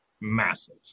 massive